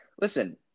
listen